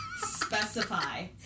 specify